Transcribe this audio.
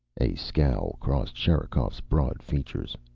a scowl crossed sherikov's broad features.